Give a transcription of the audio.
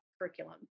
curriculum